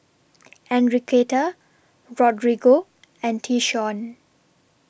Enriqueta Rodrigo and Tyshawn